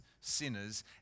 sinners